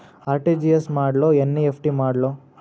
RTGS ಮಾಡ್ಲೊ NEFT ಮಾಡ್ಲೊ?